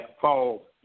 fall